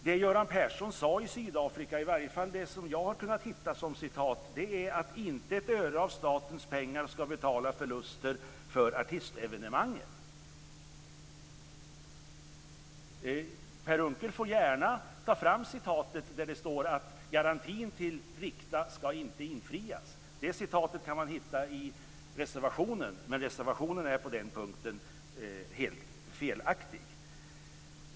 Det som Göran Persson sade i Sydafrika, i alla fall det som jag har kunnat hitta som citat, är att inte ett öre av statens pengar ska betala förluster för artistevenemangen. Per Unckel får gärna ta fram citatet där det står att garantin till Rikta inte ska infrias. Det citatet kan man hitta i reservationen. Men reservationen är på den punkten helt felaktig.